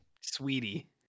Sweetie